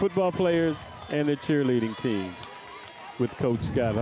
football players and the cheerleading team with coach g